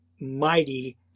mighty